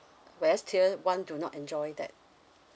where as tier one do not enjoy that